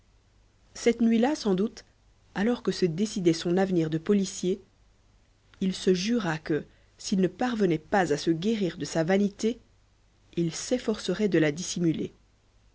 cette nuit-là sans doute alors que se décidait son avenir de policier il se jura que s'il ne parvenait pas à se guérir de sa vanité il s'efforcerait de la dissimuler